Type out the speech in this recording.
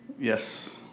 Yes